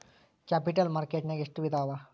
Capital market ನ್ಯಾಗ್ ಎಷ್ಟ್ ವಿಧಾಅವ?